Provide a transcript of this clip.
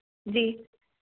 जी